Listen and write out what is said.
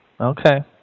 Okay